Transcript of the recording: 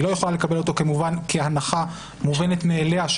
היא לא יכולה לקבל אותו כהנחה מובנת מאליה,